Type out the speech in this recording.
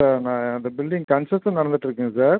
sir இந்த building construction நடத்துட்ருக்குங்க sir